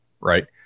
right